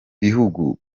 bihugu